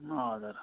हजुर